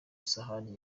isahani